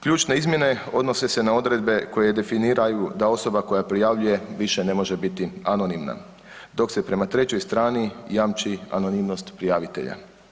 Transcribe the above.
Ključne izmjene odnose se na odredbe koje definiraju da osoba koja prijavljuje više ne može biti anonimna dok se prema trećoj strani jamči anonimnost prijavitelja.